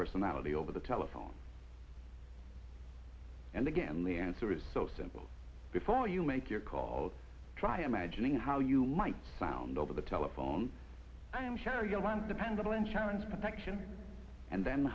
personality over the telephone and again the answer is so simple before you make your call try imagining how you might sound over the telephone i am sure you want dependable insurance protection and then